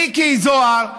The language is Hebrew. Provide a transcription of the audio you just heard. מיקי זוהר,